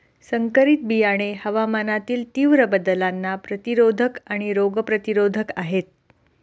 संकरित बियाणे हवामानातील तीव्र बदलांना प्रतिरोधक आणि रोग प्रतिरोधक आहेत